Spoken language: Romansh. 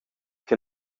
che